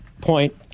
point